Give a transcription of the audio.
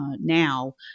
now